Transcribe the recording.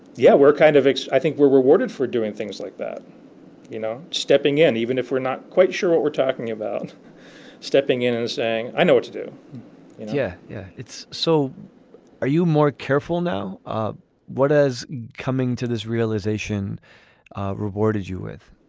yeah we're kind of i think we're rewarded for doing things like that you know stepping in even if we're not quite sure what we're talking about stepping in and saying i know what to do yeah yeah it's so are you more careful now ah what is coming to this realization rewarded you with